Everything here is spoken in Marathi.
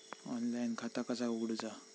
ऑनलाईन खाता कसा उगडूचा?